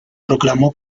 proclamó